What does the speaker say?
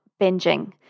binging